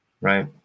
Right